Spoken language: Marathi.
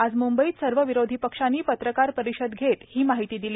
आज मुंबईत सर्व विरोधी पक्षांनी पत्रकार परिषद घेत ही माहिती दिली